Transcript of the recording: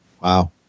Wow